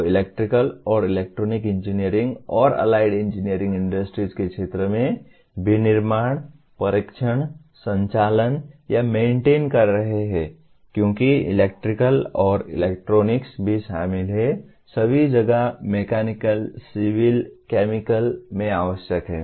वे electrical और electronic engineering और allied engineering industries के क्षेत्र में विनिर्माण परीक्षण संचालन या मेन्टेन कर रहे हैं क्योंकि इलेक्ट्रिकल और इलेक्ट्रॉनिक्स भी शामिल हैं सभी जगह मैकेनिकल सिविल केमिकल में आवश्यक हैं